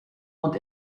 und